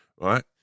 right